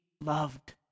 loved